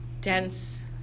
dense